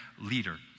leader